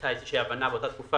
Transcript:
הייתה איזושהי הבנה באותה תקופה